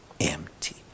empty